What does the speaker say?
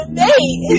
mate